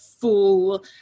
full